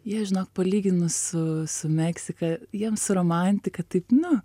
jie žinok palyginus su meksika jiems romantika taip nu